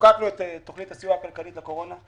כשחוקקנו את תוכנית הסיוע הכלכלית לקורונה,